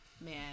man